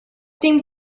din